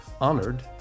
honored